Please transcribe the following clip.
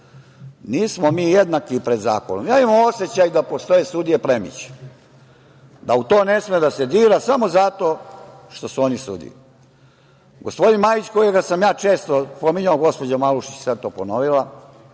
Nismo mi jednaki pred zakonom. Imam osećaj da postoje sudije plemići, da u to ne sme da se dira samo zato što su oni sudije. Gospodin Majić kojeg sam često pominjao, gospođa Malušić je sada to ponovila,